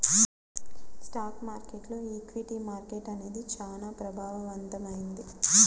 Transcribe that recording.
stock మార్కెట్టులో equity మార్కెట్టు అనేది చానా ప్రభావవంతమైంది